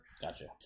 Gotcha